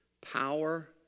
Power